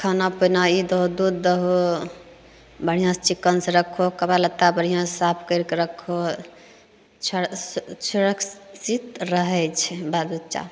खाना पीना ई दहो दूध दहो बढ़िआँसँ चिक्कनसँ राखू कपड़ा लत्ता बढ़िआँसँ साफ करिके राखू छर सुरक्षित रहय छै बालबच्चा